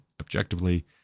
objectively